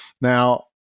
Now